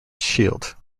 shield